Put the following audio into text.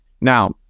Now